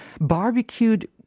Barbecued